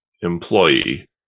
employee